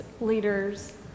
leaders